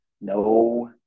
No